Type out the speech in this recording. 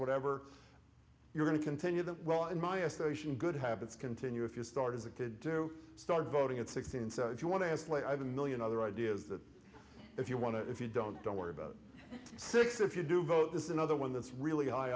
whatever you're going to continue that well in my estimation good habits continue if you start as a kid to start voting at sixteen so if you want to ask the million other ideas that if you want to if you don't don't worry about six if you do vote this is another one that's really high